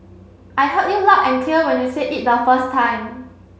I heard you loud and clear when you said it the first time